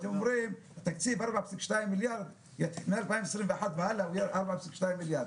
אתם אומרים שהתקציב מ-2021 והלאה הוא יהיה 4.2 מיליארד.